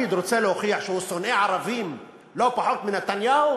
לפיד רוצה להוכיח שהוא שונא ערבים לא פחות מנתניהו?